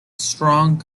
strong